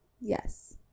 Yes